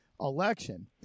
election